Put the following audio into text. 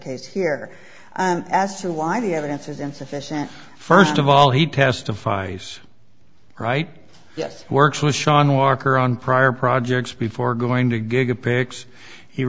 case here as to why the evidence is insufficient first of all he testifies right yes works with sean walker on prior projects before going to